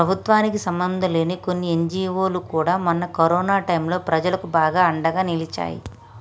ప్రభుత్వానికి సంబంధంలేని కొన్ని ఎన్జీవోలు కూడా మొన్న కరోనా టైంలో ప్రజలకు బాగా అండగా నిలిచాయి